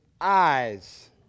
eyes